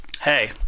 hey